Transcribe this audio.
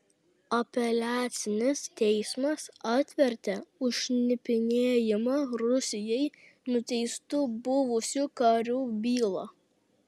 apeliacinis teismas atvertė už šnipinėjimą rusijai nuteistų buvusių karių bylą